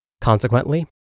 Consequently